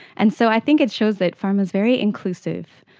and so i think it shows that pharma is very inclusive.